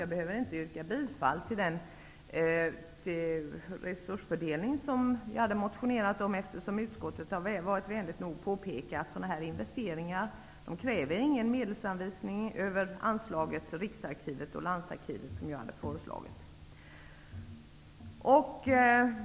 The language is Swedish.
Jag behöver inte yrka bifall till den resursfördelning som vi hade motionerat om, eftersom utskottet vänligt nog har påpekat att sådana här investeringar inte kräver någon medelsanvisning över anslaget för Riksarkivet och landsarkivet, som jag har föreslagit.